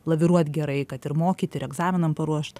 laviruot gerai kad ir mokyt ir egzaminam paruošt